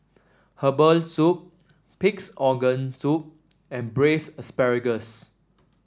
Herbal Soup Pig's Organ Soup and Braised Asparagus